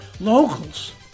Locals